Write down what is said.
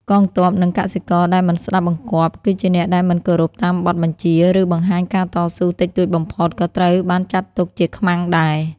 កងទ័ព និងកសិករដែលមិនស្តាប់បង្គាប់ គឺជាអ្នកដែលមិនគោរពតាមបទបញ្ជា ឬបង្ហាញការតស៊ូតិចតួចបំផុត ក៏ត្រូវបានចាត់ទុកជាខ្មាំងដែរ។